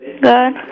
Good